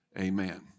Amen